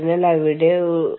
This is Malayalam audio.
ഇതാണ് അവരുടെ ധാരണ